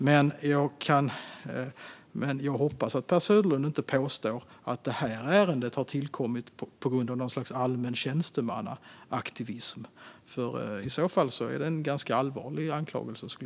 Men jag hoppas att Per Söderlund inte påstår att detta ärende har tillkommit på grund av något slags allmän tjänstemannaaktivism, för i så fall är det en ganska allvarlig anklagelse.